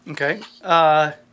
okay